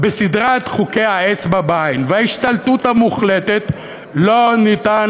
בסדרת חוקי האצבע בעין וההשתלטות המוחלטת לא ניתן